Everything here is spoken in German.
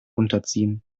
unterziehen